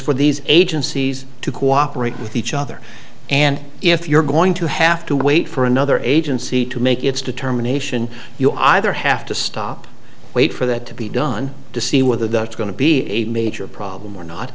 for these agencies to cooperate with each other and if you're going to have to wait for another agency to make its determination you either have to stop wait for that to be done to see whether that's going to be a major problem or